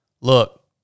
Look